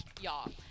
y'all